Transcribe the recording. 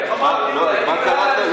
אמרתי, למה קראת?